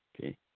Okay